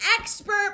expert